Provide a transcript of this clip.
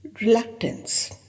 reluctance